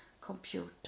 computer